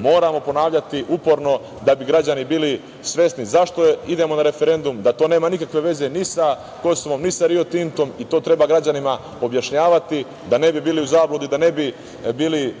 moramo ponavljati uporno da bi građani bili svesni zašto idemo na referendum, da to nema nikakve veze ni sa Kosovom, ni sa Rio Tintom i to treba građanima objašnjavati da ne bi bili u zabludi, da ne bi bili